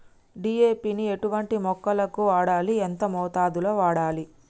DAP ని ఎటువంటి మొక్కలకు వాడాలి? ఎంత మోతాదులో వాడాలి?